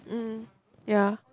mm yeah